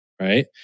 right